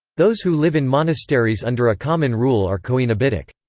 those who live in monasteries under a common rule are coenobitic.